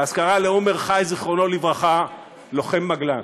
באזכרה לעומר חי, זיכרונו לברכה, לוחם מגלן.